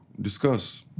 discuss